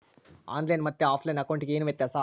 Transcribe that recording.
On line ಮತ್ತೆ offline ಅಕೌಂಟಿಗೆ ಏನು ವ್ಯತ್ಯಾಸ?